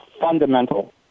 fundamental